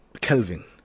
Kelvin